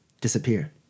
disappear